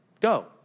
Go